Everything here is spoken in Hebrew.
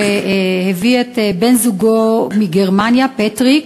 שהביא את בן-זוגו מגרמניה, פטריק,